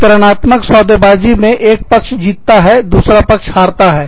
वितरणात्मक सौदेबाजी सौदाकारी मे एक पक्ष जीता है दूसरा पक्ष हारता है